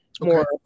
more